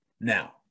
now